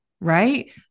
right